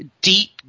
deep